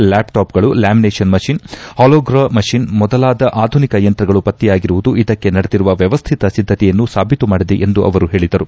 ಲ್ಟಾಪ್ಟಾಪ್ಗಳು lamination machine hologram machine ಮೊದಲಾದ ಆಧುನಿಕ ಯಂತ್ರಗಳು ಪತ್ತೆಯಾಗಿರುವುದು ಇದಕ್ಕೆ ನಡೆದಿರುವ ವ್ಯವಸ್ಥಿತ ಸಿದ್ದತೆಯನ್ನು ಸಾಬೀತು ಮಾಡಿದೆ ಎಂದು ಅವರು ಹೇಳಿದರು